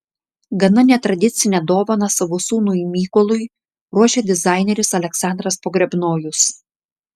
gana netradicinę dovaną savo sūnui mykolui ruošia dizaineris aleksandras pogrebnojus